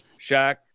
Shaq